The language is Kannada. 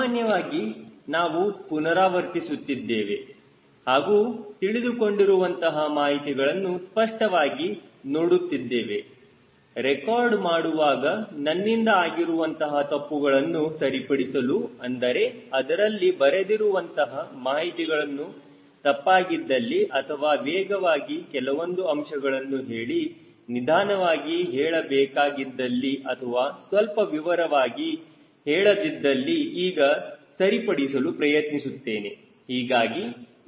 ಸಾಮಾನ್ಯವಾಗಿ ನಾವು ಪುನರಾವರ್ತಿಸುತ್ತಿದೆವೆ ಹಾಗೂ ತಿಳಿದುಕೊಂಡಿರುವಂತಹ ಮಾಹಿತಿಗಳನ್ನು ಸ್ಪಷ್ಟವಾಗಿ ನೋಡುತ್ತಿದ್ದೇವೆ ರೆಕಾರ್ಡ್ ಮಾಡುವಾಗ ನನ್ನಿಂದ ಆಗಿರುವಂತಹ ತಪ್ಪುಗಳನ್ನು ಸರಿಪಡಿಸಲು ಅಂದರೆ ಅದರಲ್ಲಿ ಬರೆದಿರುವಂತಹ ಮಾಹಿತಿಗಳು ತಪ್ಪಾಗಿದ್ದಲ್ಲಿ ಅಥವಾ ವೇಗವಾಗಿ ಕೆಲವೊಂದು ಅಂಶಗಳನ್ನು ಹೇಳಿ ನಿಧಾನವಾಗಿ ಹೇಳಬೇಕಾಗಿದ್ದಲ್ಲಿ ಅಥವಾ ಸ್ವಲ್ಪ ವಿವರವಾಗಿ ಹೇಳದಿದ್ದಲ್ಲಿ ಈಗ ಸರಿಪಡಿಸಲು ಪ್ರಯತ್ನಿಸುತ್ತೇನೆ